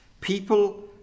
people